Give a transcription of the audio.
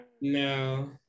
no